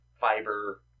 fiber